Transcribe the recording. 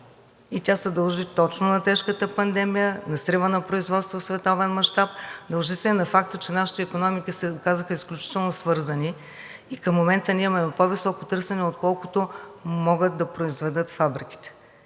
и тя се дължи точно на тежката пандемия, на срива на производството в световен мащаб. Дължи се и на факта, че нашите икономики се оказаха изключително свързани и към момента ние имаме по високо търсене, отколкото могат да произведат фабриките.